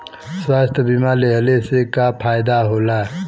स्वास्थ्य बीमा लेहले से का फायदा होला?